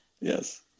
Yes